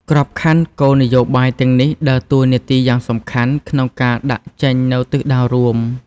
ក្របខ័ណ្ឌគោលនយោបាយទាំងនេះដើរតួនាទីយ៉ាងសំខាន់ក្នុងការដាក់ចេញនូវទិសដៅរួម។